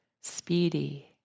speedy